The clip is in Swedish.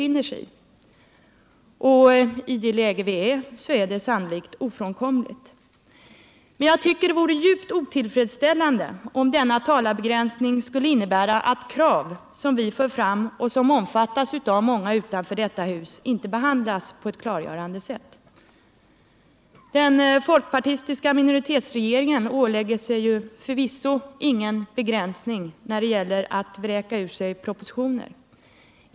I det läge som vi befinner oss i är det sannolikt ofrånkomligt, men jag tycker det vore djupt otillfredsställande om denna talarbegränsning skulle innebära att krav som vi för fram och som omfattas av många utanför detta hus inte behandlas på ett klargörande sätt. Den folkpartistiska minoritetsregeringen ålägger sig förvisso ingen begränsning när det gäller att vräka ur sig propositioner.